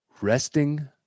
resting